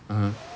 (uh huh)